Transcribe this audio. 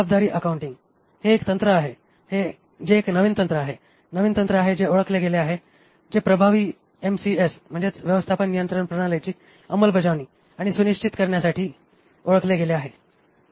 जबाबदारी अकाउंटिंग हे एक तंत्र आहे जे एक नवीन तंत्र आहे नवीन तंत्र आहे जे ओळखले गेले आहे जे प्रभावी MCS व्यवस्थापन नियंत्रण प्रणालीची अंमलबजावणी आणि सुनिश्चित करण्यासाठी ओळखले गेले आहे